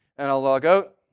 and i'll log out.